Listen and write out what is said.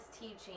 teaching